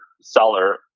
seller